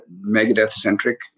Megadeth-centric